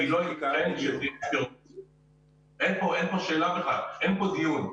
אין כאן דיון.